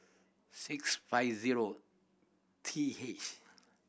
six five zero T H